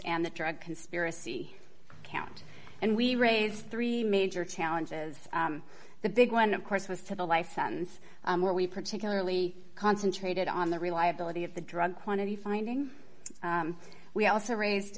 and the drug conspiracy count and we raised three major challenges the big one of course was to the life sentence where we particularly concentrated on the reliability of the drug quantity finding we also raised